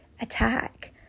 attack